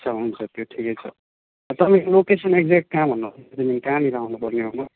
हुन्छ हुन्छ त्यो ठिकै छ तपाईँको लोकेसन एकजेक्ट कहाँ भन्नुहोस् कहाँनिर आउनुपर्ने हो म